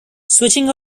switching